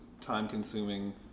time-consuming